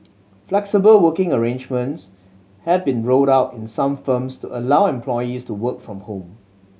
flexible working arrangements have been rolled out in some firms to allow employees to work from home